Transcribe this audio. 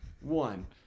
One